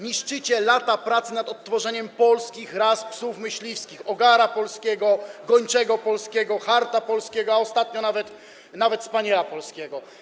Niszczycie lata pracy nad odtworzeniem polskich ras psów myśliwskich: ogara polskiego, gończego polskiego, charta polskiego, a ostatnio nawet spaniela polskiego.